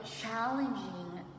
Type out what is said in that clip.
challenging